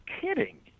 kidding